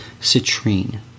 Citrine